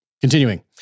continuing